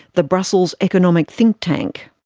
the brussels economic think-tank.